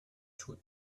two